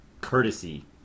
courtesy